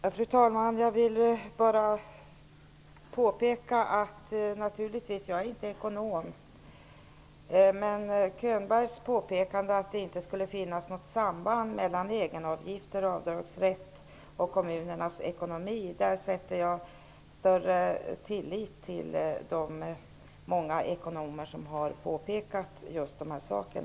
Fru talman! Jag är inte ekonom, men jag ifrågasätter ändå Könbergs påpekande att det inte skulle finnas något samband mellan egenavgifter och avdragsrätt å ena sidan och kommunernas ekonomi å den andra. Där sätter jag större tilltro till de många ekonomer som har påpekat att det finns just det.